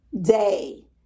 day